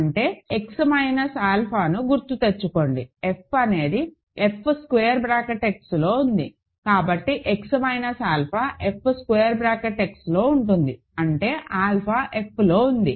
అంటే X minus ఆల్ఫాను గుర్తుతెచ్చుకోండి f అనేది FXలో ఉంది కాబట్టి X మైనస్ ఆల్ఫా F xలో ఉంటుంది అంటే ఆల్ఫా Fలో ఉంది